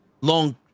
long